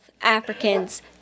Africans